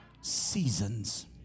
seasons